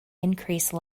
increase